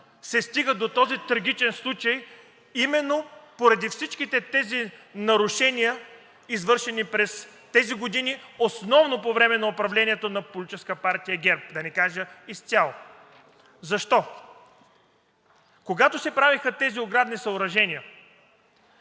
се стига до този трагичен случай именно поради всичките тези нарушения, извършени през тези години, основно по време на управлението на политическа партия ГЕРБ да не кажа изцяло. Защо? Когато се правеха тези оградни съоръжения,